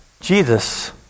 Jesus